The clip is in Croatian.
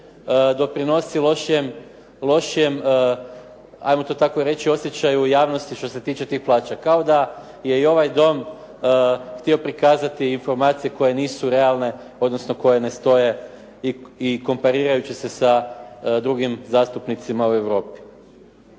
doprinosi lošijem ajmo to tako reći osjećaju u javnosti što se tiče tih plaća kao da je i ovaj dom htio prikazati informacije koje nisu realne odnosno koje ne stoje i komparirajući se sa drugim zastupnicima u Europi.